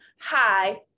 hi